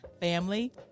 family